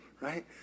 Right